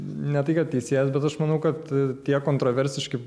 ne tai kad teisėjas bet aš manau kad tie kontroversiški